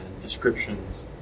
descriptions